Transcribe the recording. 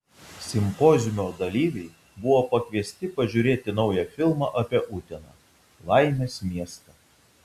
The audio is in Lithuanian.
simpoziumo dalyviai buvo pakviesti pažiūrėti naują filmą apie uteną laimės miestą